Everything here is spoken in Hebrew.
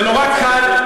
זה נורא קל,